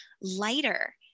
lighter